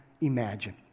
imagine